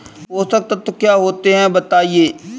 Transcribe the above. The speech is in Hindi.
पोषक तत्व क्या होते हैं बताएँ?